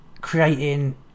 creating